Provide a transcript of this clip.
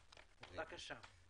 בבקשה.